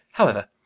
however,